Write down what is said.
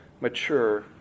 mature